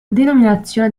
denominazione